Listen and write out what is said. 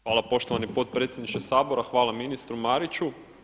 Hvala poštovani potpredsjedniče Sabora, hvala ministru Mariću.